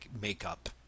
makeup